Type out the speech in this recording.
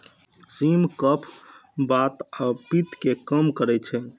सिम कफ, बात आ पित्त कें कम करै छै